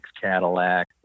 Cadillac